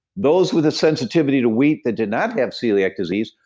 those with a sensitivity to wheat that did not have celiac disease,